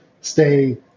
stay